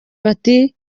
bati